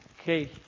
Okay